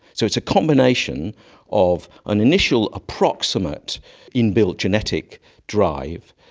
so it's a combination of an initial approximate inbuilt genetic drive,